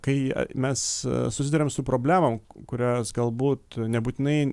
kai mes susiduriam su problemom kurios galbūt nebūtinai